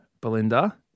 Belinda